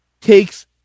takes